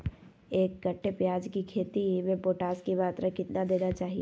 एक कट्टे प्याज की खेती में पोटास की मात्रा कितना देना चाहिए?